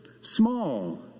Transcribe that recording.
small